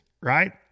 right